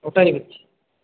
ওটাই হচ্ছে